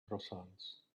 croissants